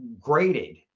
graded